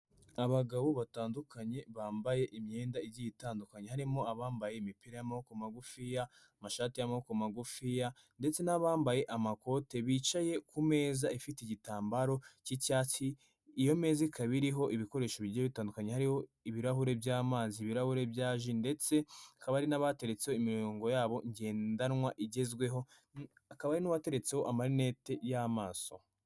Abagabo batandukanye bambaye imyenda igiye itandukanye harimo abambaye imipira y'amaboko magufiya, amashati ya amaboko magufiya, ndetse n'abambaye amakote bicaye ku meza ifite igitambaro cy'icyatsi, iyo meza ikaba iriho ibikoresho bigiye bitandukanye hariho ibirahuri by'amazi, ibirahuri byaje ndetse hakaba hari n'abateretseho imirongo yabo ngendanwa igezweho hakaba hari n'uwateretseho amarinete y'amaso.